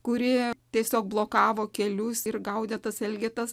kuri tiesiog blokavo kelius ir gaudė tas elgetas